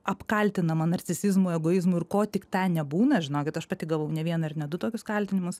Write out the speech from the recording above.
apkaltinama narcisizmu egoizmu ir ko tik ten nebūna žinokit aš pati gavau ne vieną ir ne du tokius kaltinimus